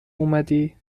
اومدی